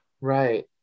Right